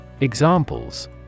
Examples